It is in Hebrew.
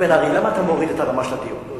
בן-ארי, למה אתה מוריד את הרמה של הדיון?